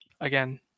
again